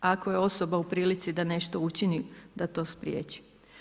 Ako je osoba u prilici da nešto učini da to spriječi.